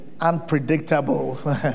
Unpredictable